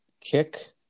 kick